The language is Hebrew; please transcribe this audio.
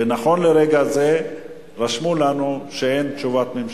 ונכון לרגע זה, רשמו לנו שאין תשובת ממשלה,